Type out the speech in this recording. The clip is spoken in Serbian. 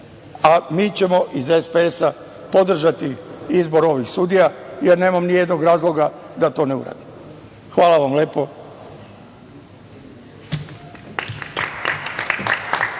a mi ćemo iz SPS podržati izbor ovih sudija, jer nemam nijednog razloga da to ne uradim. Hvala vam lepo.